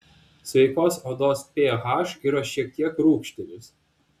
sveikos odos ph yra šiek tiek rūgštinis